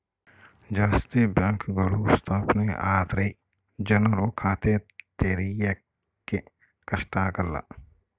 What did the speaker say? ಜಾಸ್ತಿ ಬ್ಯಾಂಕ್ಗಳು ಸ್ಥಾಪನೆ ಆದ್ರೆ ಜನ್ರು ಖಾತೆ ತೆರಿಯಕ್ಕೆ ಕಷ್ಟ ಆಗಲ್ಲ